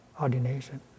ordination